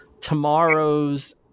tomorrow's